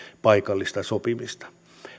paikallista sopimista